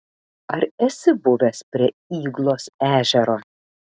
ar esi buvęs prie yglos ežero